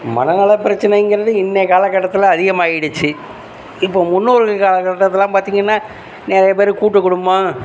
மனநலப் பிரச்சனைங்கிறது இன்றைய காலகட்டத்தில் அதிகமாகிடுச்சு இப்போது முன்னோர்கள் கால கட்டத்திலலாம் பார்த்திங்கனா நிறைய பேர் கூட்டுக்குடும்பம்